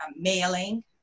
mailing